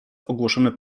ogłoszone